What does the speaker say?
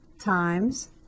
times